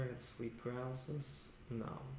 had sleep paralysis? you know